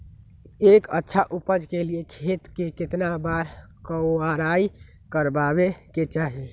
एक अच्छा उपज के लिए खेत के केतना बार कओराई करबआबे के चाहि?